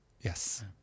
yes